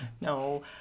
No